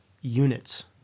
units